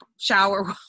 shower